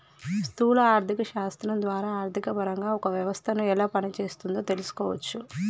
స్థూల ఆర్థిక శాస్త్రం ద్వారా ఆర్థికపరంగా ఒక వ్యవస్థను ఎలా పనిచేస్తోందో తెలుసుకోవచ్చు